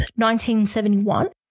1971